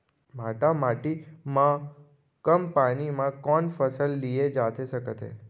भांठा माटी मा कम पानी मा कौन फसल लिए जाथे सकत हे?